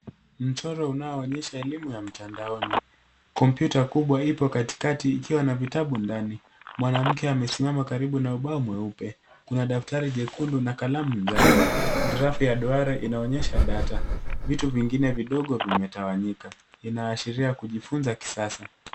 Mchoro unaoonyesha elimu ya mtandaoni. Kompyuta kubwa ipo katikati ikiwa na vitabu ndani. Mwanamke amesimama karibu na ubao mweupe. Kuna daftari jekundu na kalamu njano. Grafu ya duara inaonyesha data. Vitu vingine vidogo vimetawanyika. Inaashiria kujifuza kisasa.